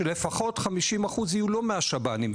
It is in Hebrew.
שלפחות 50% יהיו לא מהשב"נים.